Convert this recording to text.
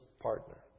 partner